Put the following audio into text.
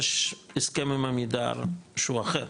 יש הסכם עם עמידר שהוא אחר,